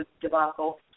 debacle